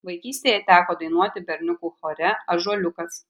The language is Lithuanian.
vaikystėje teko dainuoti berniukų chore ąžuoliukas